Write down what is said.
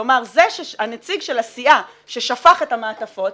כלומר, הנציג של הסיעה ששפך את המעטפות,